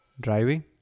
driving